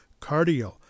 Cardio